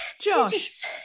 Josh